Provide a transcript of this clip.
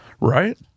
Right